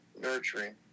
nurturing